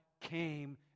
came